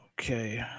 Okay